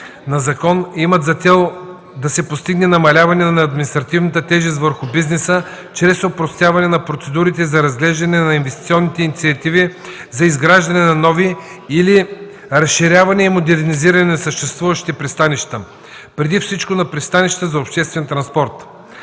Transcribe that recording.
на закон, имат за цел да се постигне намаляване на административната тежест върху бизнеса чрез опростяване на процедурите за разглеждане на инвестиционни инициативи за изграждане на нови или разширяване и модернизиране на съществуващи пристанища, преди всичко на пристанищата за обществен транспорт.